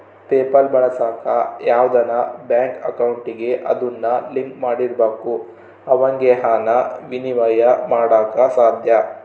PayPal ಬಳಸಾಕ ಯಾವ್ದನ bank ಅಕೌಂಟಿಗೆ ಅದುನ್ನ ಲಿಂಕ್ ಮಾಡಿರ್ಬಕು ಅವಾಗೆ ಃನ ವಿನಿಮಯ ಮಾಡಾಕ ಸಾದ್ಯ